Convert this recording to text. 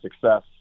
success